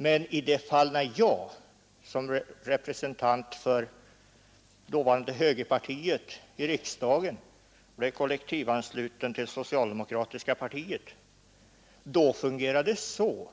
Men när jag som representant i riksdagen för det dåvarande högerpartiet blev kollektivansluten till det socialdemokratiska partiet fungerade det så,